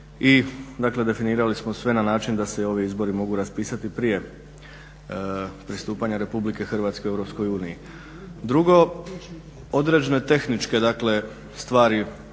definirali smo sve na način da se i ovi izbori mogu raspisati prije pristupanja Republike Hrvatske Europskoj uniji. Drugo, određene tehničke dakle